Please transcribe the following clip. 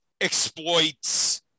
exploits